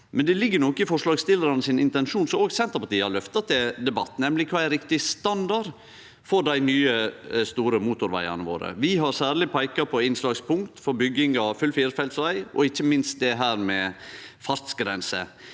Samtidig ligg det noko i forslagsstillarane sin intensjon som òg Senterpartiet har løfta til debatt, nemleg kva er riktig standard for dei nye, store motorvegane våre. Vi har særleg peika på innslagspunkt for bygging av full firefelts veg og ikkje minst det med fartsgrense.